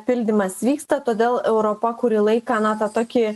pildymas vyksta todėl europa kurį laiką na tą tokį